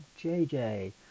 JJ